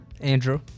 andrew